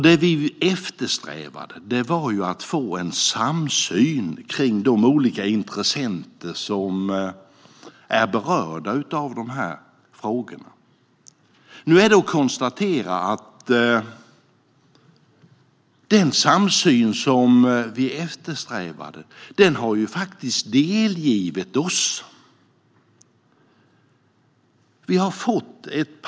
Det vi eftersträvade var att få en samsyn från de olika intressenter som är berörda av de här frågorna. Nu kan jag konstatera att den samsyn som vi eftersträvade faktiskt har delgivits oss.